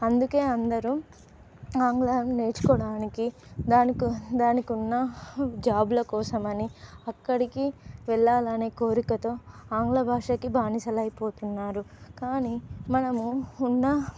అందుకే అందరూ ఆంగ్లం నేర్చుకోవడానికి దానికో దానికున్న జాబ్ల కోసమని అక్కడికి వెళ్ళాలనే కోరికతో ఆంగ్ల భాషకి బానిసలైపోతున్నారు కానీ మనము ఉన్న